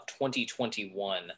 2021